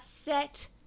set